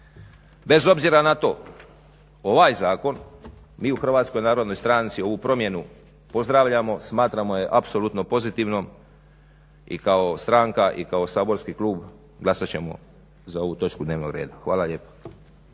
Bez obzira na to ovaj zakon mi u HNS-u ovu promjenu pozdravljamo i smatramo je apsolutno pozitivnom i kao stranka i kao saborski klub glasat ćemo za ovu točku dnevnog reda. Hvala lijepa.